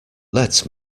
let